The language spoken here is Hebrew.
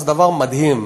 זה דבר מדהים: